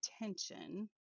attention